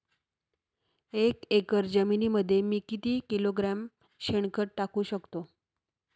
एक एकर जमिनीमध्ये मी किती किलोग्रॅम शेणखत टाकू शकतो?